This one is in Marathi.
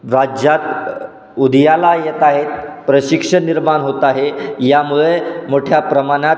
राज्यात उदयाला येत आहेत प्रशिक्षण निर्माण होत आहे यामुळे मोठ्या प्रमाणात